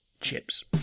chips